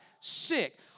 sick